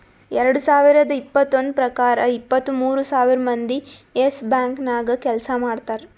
ಎರಡು ಸಾವಿರದ್ ಇಪ್ಪತ್ತೊಂದು ಪ್ರಕಾರ ಇಪ್ಪತ್ತು ಮೂರ್ ಸಾವಿರ್ ಮಂದಿ ಯೆಸ್ ಬ್ಯಾಂಕ್ ನಾಗ್ ಕೆಲ್ಸಾ ಮಾಡ್ತಾರ್